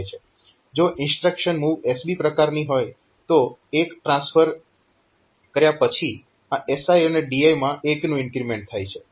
જો instruction MOVSB પ્રકારની હોય તો એક ટ્રાન્સફર કર્યા પછી આ SI અને DI માં 1 નું ઇન્ક્રીમેન્ટ થાય છે